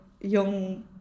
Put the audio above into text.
young